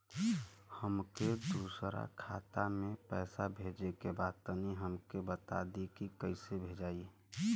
हमके दूसरा खाता में पैसा भेजे के बा तनि हमके बता देती की कइसे भेजाई?